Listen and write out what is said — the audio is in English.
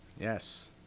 Yes